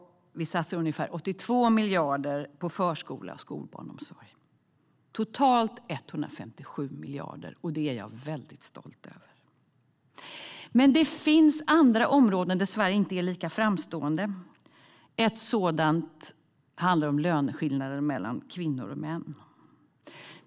Vi satsar ungefär 82 miljarder på förskola och skolbarnomsorg. Det är totalt 157 miljarder, och det är jag väldigt stolt över. Men det finns andra områden där Sverige inte är lika framstående. Ett sådant handlar om löneskillnader mellan kvinnor och män.